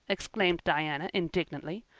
exclaimed diana indignantly.